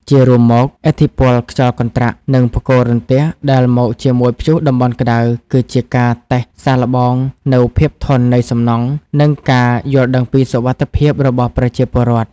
ជារួមមក ឥទ្ធិពលខ្យល់កន្ត្រាក់ និងផ្គររន្ទះដែលមកជាមួយព្យុះតំបន់ក្ដៅ គឺជាការតេស្តសាកល្បងនូវភាពធន់នៃសំណង់ និងការយល់ដឹងពីសុវត្ថិភាពរបស់ប្រជាពលរដ្ឋ។